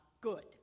good